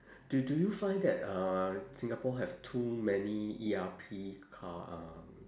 do do you find that uh singapore have too many E_R_P car um